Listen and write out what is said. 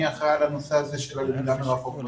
אחראי על הנושא הזה של הלמידה מרחוק.